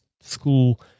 school